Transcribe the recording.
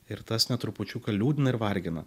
ir tas net trupučiuką liūdina ir vargina